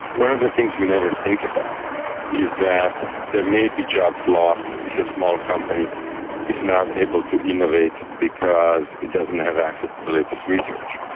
one of the things that we never think about is that there may be jobs lost if a small company is not able to innovate because it doesn't have access to the latest research,